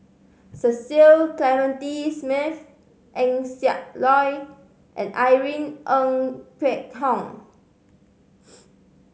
Cecil Clementi Smith Eng Siak Loy and Irene Ng Phek Hoong